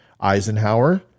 Eisenhower